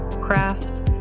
craft